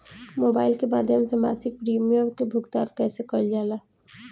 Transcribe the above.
Mobile के माध्यम से मासिक प्रीमियम के भुगतान कैसे कइल जाला?